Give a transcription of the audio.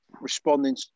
Responding